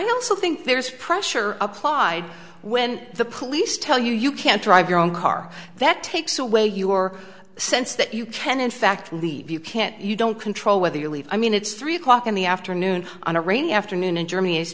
also think there's pressure applied when the police tell you you can't drive your own car that takes away your sense that you can in fact leave you can't you don't control whether you leave i mean it's three o'clock in the afternoon on a rainy afternoon in germany